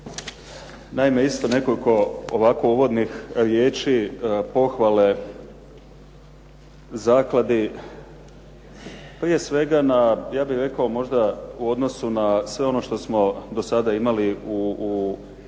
Naime, isto nekoliko ovako uvodnih riječi pohvale zakladi. Prije svega na ja bih rekao u odnosu na sve ono što smo do sada imali u znanosti